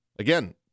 Again